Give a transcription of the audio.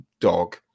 dog